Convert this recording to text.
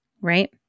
Right